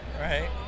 right